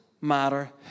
matter